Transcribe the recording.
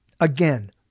Again